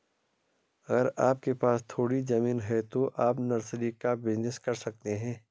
अगर आपके पास थोड़ी ज़मीन है तो आप नर्सरी का बिज़नेस कर सकते है